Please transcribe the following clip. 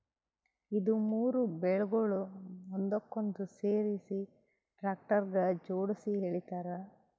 ಇದು ಮೂರು ಬೇಲ್ಗೊಳ್ ಒಂದಕ್ಕೊಂದು ಸೇರಿಸಿ ಟ್ರ್ಯಾಕ್ಟರ್ಗ ಜೋಡುಸಿ ಎಳಿತಾರ್